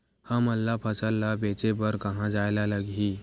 हमन ला फसल ला बेचे बर कहां जाये ला लगही?